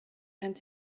and